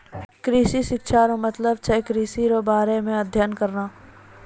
कृषि शिक्षा रो मतलब छै कृषि रो बारे मे अध्ययन करना छै